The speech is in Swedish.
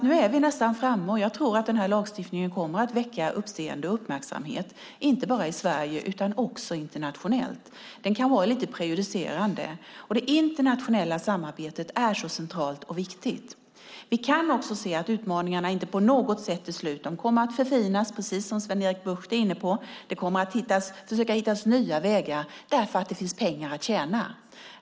Nu är vi nästan framme. Jag tror att den här lagstiftningen kommer att väcka uppseende och uppmärksamhet, inte bara i Sverige utan också internationellt. Den kan vara lite prejudicerande. Det internationella samarbetet är centralt och viktigt. Vi kan också se att utmaningarna inte på något sätt är slut. De kommer att förfinas, precis som Sven-Erik Bucht är inne på. Man kommer att försöka hitta nya vägar därför att det finns pengar att tjäna.